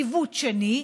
עיוות שני,